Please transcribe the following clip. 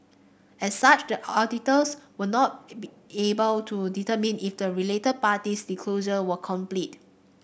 as such the auditors were not able to determine if the related party disclosure were complete